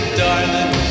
darling